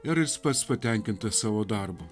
ir jis pats patenkintas savo darbu